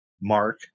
Mark